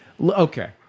Okay